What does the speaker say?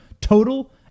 Total